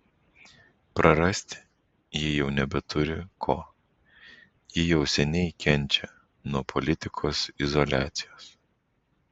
prarasti ji jau nebeturi ko ji jau seniai kenčia nuo politikos izoliacijos